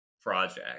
project